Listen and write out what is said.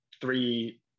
three